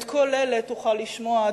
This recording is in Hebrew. את כל אלה תוכל לשמוע,